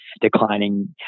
declining